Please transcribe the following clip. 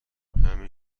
همین